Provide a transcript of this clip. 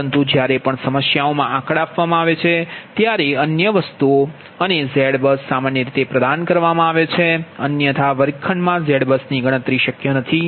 પરંતુ જ્યારે પણ સમસ્યાઓ મા આંકડા આપવામાં આવે છે ત્યારે અન્ય વસ્તુઓ અની ZBUS સામાન્ય રીતે પ્રદાન કરવામાં આવે છે અન્યથા વર્ગખંડમાં ZBUS ગણતરી શક્ય નથી